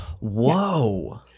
Whoa